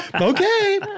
Okay